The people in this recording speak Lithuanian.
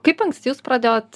kaip anksti jūs pradėjot